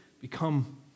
become